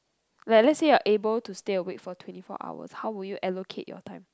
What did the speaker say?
like let's say you are able to stay awake for twenty four hours how would you allocate your time